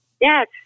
Yes